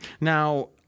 Now—